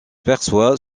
perçoit